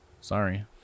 Sorry